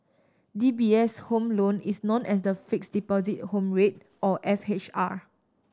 D B S Home Loan is known as the Fixed Deposit Home Rate or F H R